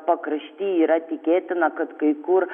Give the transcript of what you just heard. pakrašty yra tikėtina kad kai kur